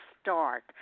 start